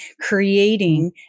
creating